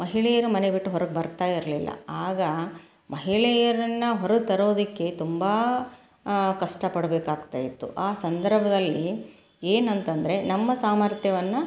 ಮಹಿಳೆಯರು ಮನೆ ಬಿಟ್ಟು ಹೊರ್ಗೆ ಬರ್ತಾ ಇರಲಿಲ್ಲ ಆಗ ಮಹಿಳೆಯರನ್ನು ಹೊರ ತರೋದಕ್ಕೆ ತುಂಬ ಕಷ್ಟಪಡ್ಬೇಕಾಗ್ತಾ ಇತ್ತು ಆ ಸಂದರ್ಭದಲ್ಲಿ ಏನಂತಂದರೆ ನಮ್ಮ ಸಾಮರ್ಥ್ಯವನ್ನು